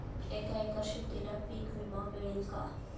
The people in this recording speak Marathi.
एका एकर शेतीला पीक विमा मिळेल का?